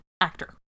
actor